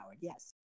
yes